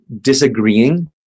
disagreeing